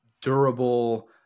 durable